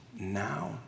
now